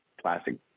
plastic